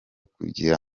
kugira